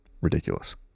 ridiculous